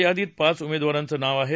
यादीत पाच उमेदवारांची नावं आहेत